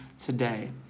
today